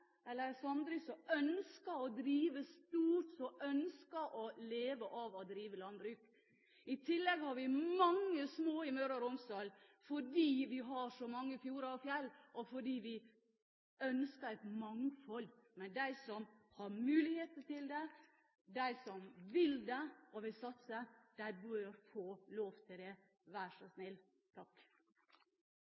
eller en samdrift, som ønsker å drive stort, som ønsker å leve av å drive landbruk. I tillegg har vi mange små bruk i Møre og Romsdal fordi vi har så mange fjorder og fjell, og fordi vi ønsker et mangfold. Men de som har muligheten til å satse, de som vil det, bør få lov til det, vær så snill.